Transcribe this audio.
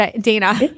Dana